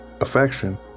affection